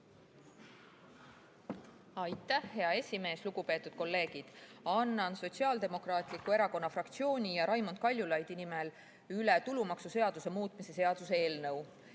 Aitäh, hea esimees! Lugupeetud kolleegid! Annan Sotsiaaldemokraatliku Erakonna fraktsiooni ja Raimond Kaljulaidi nimel üle tulumaksuseaduse muutmise seaduse eelnõu,